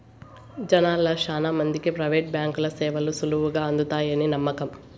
జనాల్ల శానా మందికి ప్రైవేటు బాంకీల సేవలు సులువుగా అందతాయని నమ్మకం